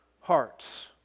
hearts